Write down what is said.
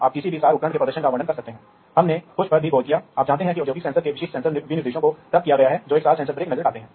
आप शोर उन्मुक्ति के संदर्भ में कुछ लाभ जानते हैं लेकिन यह अभी भी तुलनात्मक रूप से बहुत अधिक आदिम तकनीक है जिसमें कई सीमाएं हैं